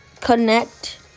connect